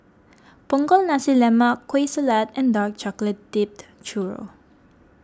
Punggol Nasi Lemak Kueh Salat and Dark Chocolate Dipped Churro